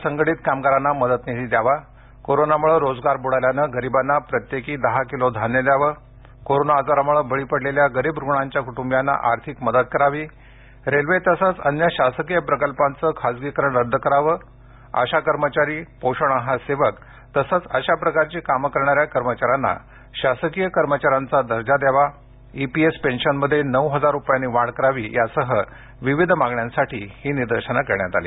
असंघटित कामगारांना मदत निधी द्यावा कोरोनामुळे रोजगार बुडल्यानं गरिबांना प्रत्येकी दहा किलो धान्य द्यावं कोरोना आजारामुळे बळी पडलेल्या गरीब रुग्णांच्या कुटुंबियांना आर्थिक मदत करावी रेल्वे तसंच अन्य शासकीय प्रकल्पांच खासगीकरण रद्द करावे आशा कर्मचारी पोषण आहार सेवक तसेच अशा प्रकारची कामे करणाऱ्या कर्मचाऱ्यांना शासकीय कर्मचाऱ्यांचा दर्जा द्यावा ईपीएस पेंशन मध्ये नऊ हजार रुपयांनी वाढ करावी यासह विविध मागण्यांसाठी ही निदर्शने करण्यात आली